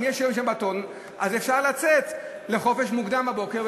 אם יש יום שבתון אז אפשר לצאת לחופש מוקדם בבוקר.